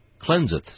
Cleanseth